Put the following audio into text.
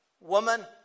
woman